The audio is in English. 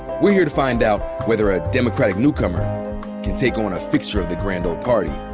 we're here to find out whether a democratic newcomer can take on a fixture of the grand old party.